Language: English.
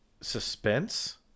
suspense